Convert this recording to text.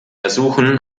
ersuchen